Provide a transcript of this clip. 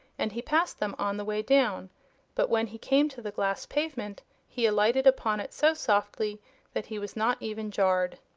and he passed them on the way down but when he came to the glass pavement he alighted upon it so softly that he was not even jarred.